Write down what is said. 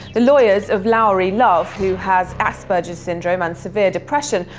the lawyers of lauri love, who has asperger's syndrome and severe depression,